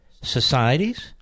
societies